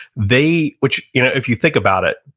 they, which you know if you think about it,